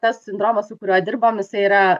tas sindromas su kuriuo dirbam jisai yra